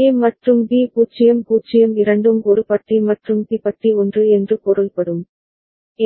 A மற்றும் B 0 0 இரண்டும் ஒரு பட்டி மற்றும் பி பட்டி 1 என்று பொருள்படும்